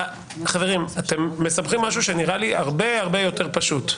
חברים, אתם מסבכים משהו שנראה לי הרבה יותר פשוט.